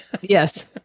Yes